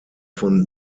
von